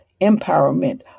empowerment